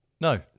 No